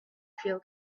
feel